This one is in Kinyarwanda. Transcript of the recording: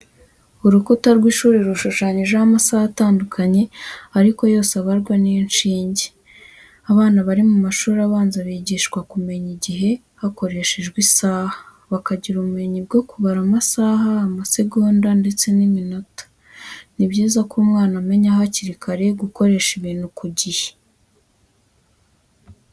Urukuta rw'ishuri rushushanyijeho amasaha atandukanye ariko yose abarwa n'inshinge. Abana bari mu mashuri abanza bigishwa kumenya igihe hakoreshejwe isaha, bakagira ubumenyi bwo kubara amasaha, amasegonda ndetse n'iminota. Ni byiza ko umwana amenya hakiri kare gukorera ibintu ku gihe.